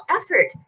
effort